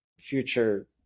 future